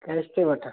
cash ते वठां